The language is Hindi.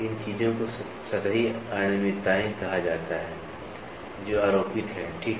इन चीजों को सतही अनियमितताएं कहा जाता है जो आरोपित हैं ठीक है